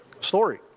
story